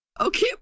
Okay